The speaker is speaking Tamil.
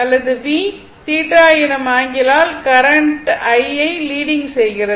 அல்லது V θ எனும் ஆங்கிளால் கரண்ட் I யை லீடிங் செய்கிறது